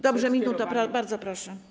Dobrze, minuta, bardzo proszę.